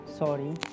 sorry